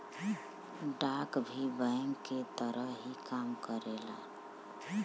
डाक भी बैंक के तरह ही काम करेला